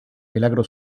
milagro